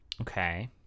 Okay